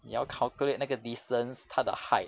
你要 calculate 那个 distance 他的 height